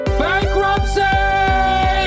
bankruptcy